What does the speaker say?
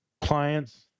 clients